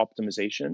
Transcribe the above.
optimization